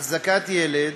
החזקת ילד,